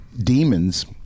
demons